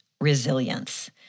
resilience